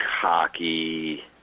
cocky